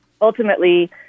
ultimately